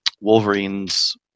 Wolverine's